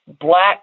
black